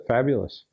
Fabulous